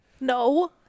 No